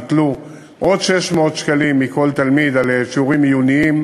שייטלו עוד 600 שקלים מכל תלמיד על שיעורים עיוניים,